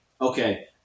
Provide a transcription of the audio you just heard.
Okay